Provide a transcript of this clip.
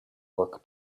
work